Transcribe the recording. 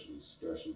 special